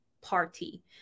party